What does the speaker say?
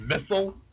Missile